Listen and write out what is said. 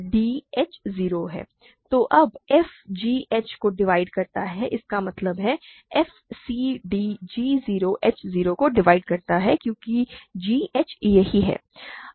तो अब f g h को डिवाइड करता है इसका मतलब है f c d g 0 h 0 को डिवाइड करता है क्योंकि g h यही है